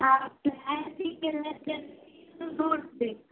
ಹಾಂ ನೋಡಬೇಕು